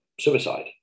suicide